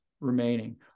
remaining